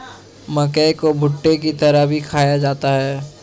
मक्के को भुट्टे की तरह भी खाया जाता है